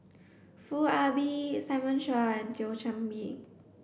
Foo Ah Bee Simon Chua and Thio Chan Bee